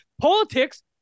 politics